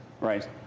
Right